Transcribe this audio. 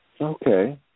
Okay